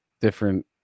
different